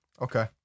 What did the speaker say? Okay